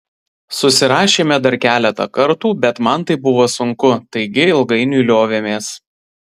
susirašėme dar keletą kartų bet man tai buvo sunku taigi ilgainiui liovėmės